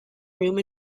room